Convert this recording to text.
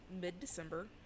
mid-December